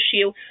issue